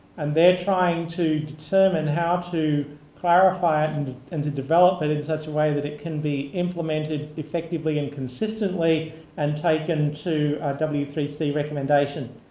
and they're trying to determine how to clarify it and to develop it it in such a way that it can be implemented effectively and consistently and take into w three c recommendation.